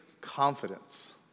confidence